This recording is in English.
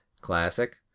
Classic